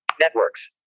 Networks